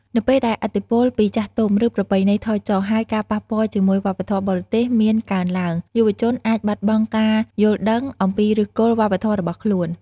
នៅពេលដែលឥទ្ធិពលពីចាស់ទុំ ឬប្រពៃណីថយចុះ ហើយការប៉ះពាល់ជាមួយវប្បធម៌បរទេសមានកើនឡើង យុវជនអាចបាត់បង់ការយល់ដឹងអំពីឫសគល់វប្បធម៌របស់ខ្លួន។